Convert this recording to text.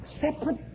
Separate